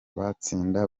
bazatsinda